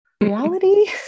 Reality